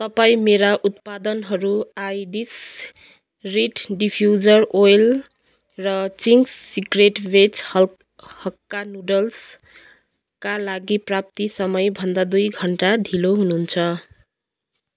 तपाईँ मेरा उत्पादनहरू आइरिस रिड डिफ्युजर ओइल र चिङ्स सिक्रेट भेज हक्का नुडल्सका लागि प्राप्ति समय भन्दा दुई घन्टा ढिलो हुनुहुन्छ